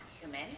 human